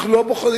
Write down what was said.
אנחנו לא בוחנים.